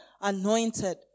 anointed